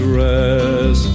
rest